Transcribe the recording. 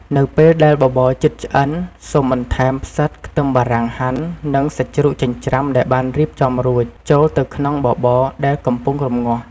នៅពេលដែលបបរជិតឆ្អិន សូមបន្ថែម ផ្សិត ខ្ទឹមបារាំងហាន់ និង សាច់ជ្រូកចិញ្ច្រាំដែលបានរៀបចំរួច ចូលទៅក្នុងបបរដែលកំពុងរម្ងាស់។